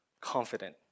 confident